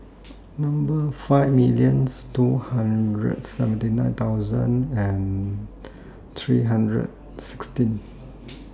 Number five millions two hundred seventy nine thousand and three hundred sixteen